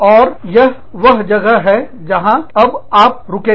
और यह वह जगह है जहां अब आप रुकेंगे